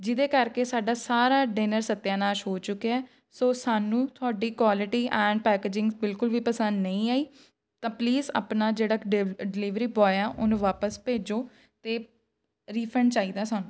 ਜਿਹਦੇ ਕਰਕੇ ਸਾਡਾ ਸਾਰਾ ਡਿਨਰ ਸੱਤਿਆਨਾਸ ਹੋ ਚੁੱਕਿਆ ਸੋ ਸਾਨੂੰ ਤੁਹਾਡੀ ਕੁਆਲਿਟੀ ਐਂਡ ਪੈਕਜਿੰਗ ਬਿਲਕੁਲ ਵੀ ਪਸੰਦ ਨਹੀਂ ਆਈ ਤਾਂ ਪਲੀਜ਼ ਆਪਣਾ ਜਿਹੜਾ ਡਿਵ ਡਿਲੀਵਰੀ ਬੋਆਏ ਆ ਉਹਨੂੰ ਵਾਪਸ ਭੇਜੋ ਅਤੇ ਰੀਫੰਡ ਚਾਹੀਦਾ ਸਾਨੂੰ